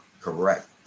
Correct